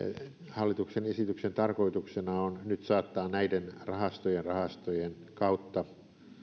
hallituksen esityksen tarkoituksena on nyt saattaa näiden rahastojen rahastojen kautta